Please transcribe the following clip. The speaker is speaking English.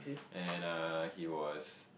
and uh he was